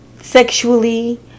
sexually